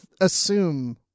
assume